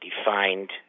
defined